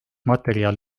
materjal